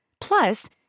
Plus